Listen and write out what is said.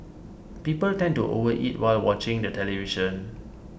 people tend to overeat while watching the television